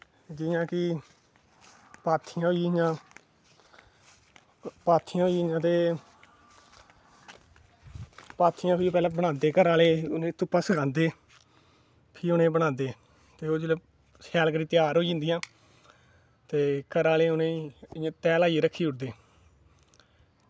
जि'यां कि पाथियां होई गेइयां पाथियां होई गेइयां ते पाथियां पैह्लै बनांदे घरे आह्ले फ्ही उ'नें गी धुप्पा सकांदे फ्ही उ'नें गी बनांदे ते जिसलै शैल करियै त्यार होई जंदियां ते घरे आह्ले उ'नें गी इ'यां तैह् लाइयै रक्खी ओड़दे